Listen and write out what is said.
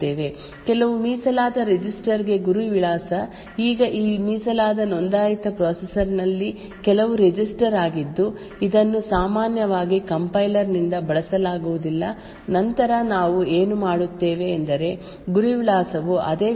ಕೆಲವು ಮೀಸಲಾದ ರಿಜಿಸ್ಟರ್ ಗೆ ಗುರಿ ವಿಳಾಸ ಈಗ ಈ ಮೀಸಲಾದ ನೋಂದಾಯಿತ ಪ್ರೊಸೆಸರ್ ನಲ್ಲಿ ಕೆಲವು ರಿಜಿಸ್ಟರ್ ಆಗಿದ್ದು ಇದನ್ನು ಸಾಮಾನ್ಯವಾಗಿ ಕಂಪೈಲರ್ ನಿಂದ ಬಳಸಲಾಗುವುದಿಲ್ಲ ನಂತರ ನಾವು ಏನು ಮಾಡುತ್ತೇವೆ ಎಂದರೆ ಗುರಿ ವಿಳಾಸವು ಅದೇ ವಿಭಾಗದಲ್ಲಿದೆ ಎಂದು ಖಚಿತಪಡಿಸಿಕೊಳ್ಳಲು ನಾವು ಚೆಕ್ ಅನ್ನು ಒದಗಿಸುತ್ತೇವೆ